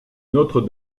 notre